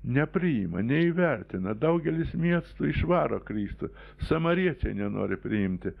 nepriima neįvertina daugelis miestų išvaro kristų samariečiai nenori priimti